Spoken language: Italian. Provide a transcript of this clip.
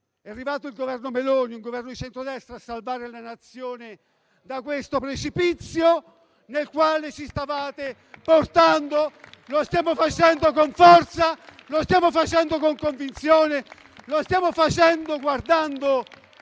è arrivato il Governo Meloni, un Governo di centrodestra, a salvare la Nazione dal precipizio nel quale ci stavate portando. Lo stiamo facendo con forza. Lo stiamo facendo con convinzione. Lo stiamo facendo guardando